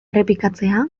errepikatzea